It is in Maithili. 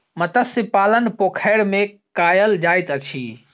मत्स्य पालन पोखैर में कायल जाइत अछि